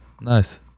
nice